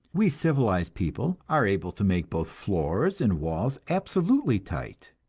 we civilized people are able to make both floors and walls absolutely tight,